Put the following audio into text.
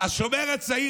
השומר הצעיר,